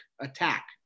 attack